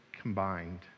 combined